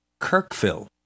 Kirkville